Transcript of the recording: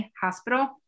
Hospital